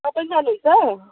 तपाईँ पनि जानु हुन्छ